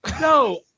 No